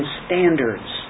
standards